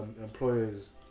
employers